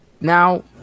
now